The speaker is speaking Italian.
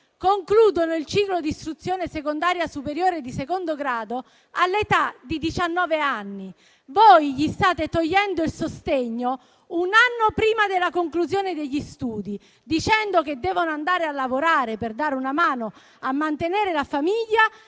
concludono il ciclo di istruzione secondaria superiore di secondo grado all'età di diciannove anni; voi gli state togliendo il sostegno un anno prima della conclusione degli studi, dicendo che devono andare a lavorare per dare una mano a mantenere la famiglia,